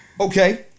Okay